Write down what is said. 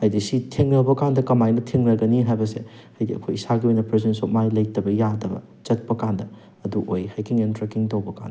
ꯍꯥꯏꯗꯤ ꯁꯤ ꯊꯦꯡꯅꯕ ꯀꯥꯟꯗ ꯀꯃꯥꯏꯅ ꯊꯦꯡꯅꯒꯅꯤ ꯍꯥꯏꯕꯁꯦ ꯍꯥꯏꯗꯤ ꯑꯩꯈꯣꯏ ꯏꯁꯥꯒꯤ ꯑꯣꯏꯅ ꯄ꯭ꯔꯖꯦꯟꯁ ꯑꯣꯐ ꯃꯥꯏꯟ ꯂꯩꯇꯕ ꯌꯥꯗꯕ ꯆꯠꯄ ꯀꯥꯟꯗ ꯑꯗꯨ ꯑꯣꯏ ꯍꯥꯏꯀꯤꯡ ꯑꯦꯟ ꯇ꯭ꯔꯦꯛꯀꯤꯡ ꯇꯧꯕ ꯀꯥꯟꯗ